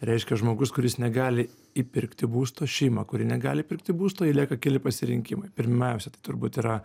reiškia žmogus kuris negali įpirkti būsto šeima kuri negali įpirkti būsto ir lieka keli pasirinkimai pirmiausia tai turbūt yra